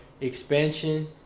expansion